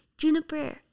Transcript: Juniper